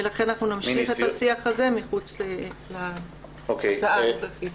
ולכן אנחנו נמשיך את השיח הזה מחוץ להצעה הזאת.